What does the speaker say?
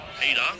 Peter